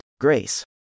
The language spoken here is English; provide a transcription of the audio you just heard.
Grace